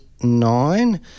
nine